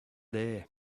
there